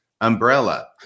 umbrella